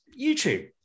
YouTube